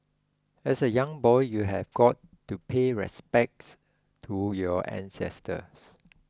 as a young boy you have got to pay respects to your ancestors